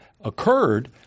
occurred